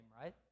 right